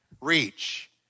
reach